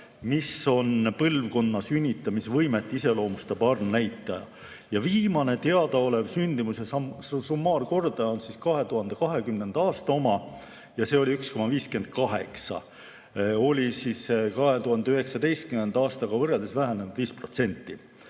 mis on põlvkonna sünnitamisvõimet iseloomustav arvnäitaja. Viimane teadaolev sündimuse summaarkordaja on 2020. aasta oma ja see oli 1,58. See oli 2019. aastaga võrreldes vähenenud 5%